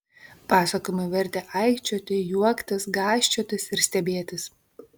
pasakojimai vertė aikčioti juoktis gąsčiotis ir stebėtis